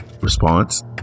response